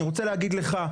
אני רוצה להגיד לך,